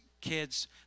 kids